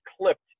clipped